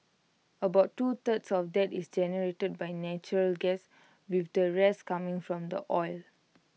about two thirds of that is generated by natural gas with the rest coming from the oil